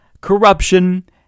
corruption